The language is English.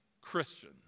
Christian